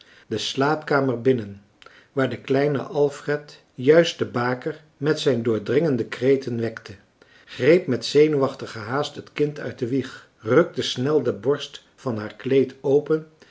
de slaapkamer binnen waar de kleine alfred juist de baker met zijn doordringende kreten wekte greep met zenuwachtige haast het kind uit de wieg rukte snel de borst van haar kleed open